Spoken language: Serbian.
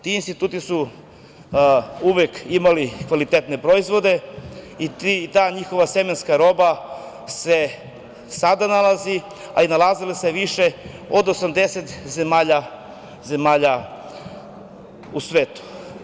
Ti instituti su uvek imali kvalitetne proizvode i ta njihova semenska roba se sada nalazi, a i nalazila se više od 80 zemalja u svetu.